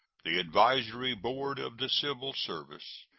the advisory board of the civil service,